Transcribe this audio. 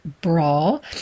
brawl